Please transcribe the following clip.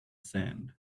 sand